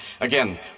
Again